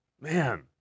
Man